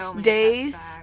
days